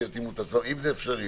שיתאימו את עצמם אם זה אפשרי.